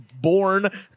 Born